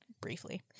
Briefly